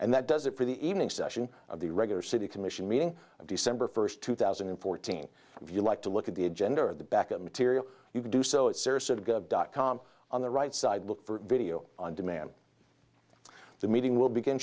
and that does it for the evening session of the regular city commission meeting december first two thousand and fourteen if you like to look at the agenda of the backup material you can do so it's dot com on the right side look for video on demand the meeting will begin